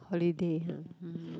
holiday [huh] mm